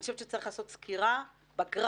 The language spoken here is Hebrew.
אני חושבת שצריך לעשות סקירה בגרף,